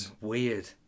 weird